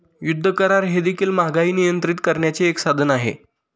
युद्ध करार हे देखील महागाई नियंत्रित करण्याचे एक साधन आहे